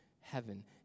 heaven